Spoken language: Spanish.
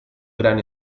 gran